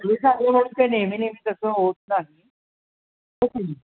एकवेळी झालं म्हणून काय नेहमी नेहमी तसं होतं नाही हो की नाही